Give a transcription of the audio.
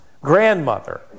grandmother